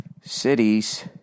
cities